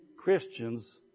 Christians